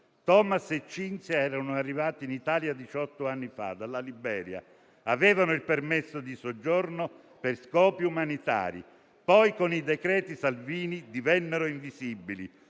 Thomas e Cinzia erano arrivati in Italia diciotto anni fa dalla Liberia e avevano il permesso di soggiorno per scopi umanitari. Poi, con i decreti Salvini, divennero sfruttati